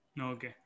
Okay